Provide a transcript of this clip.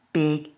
big